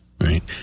Right